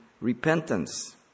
repentance